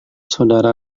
saudara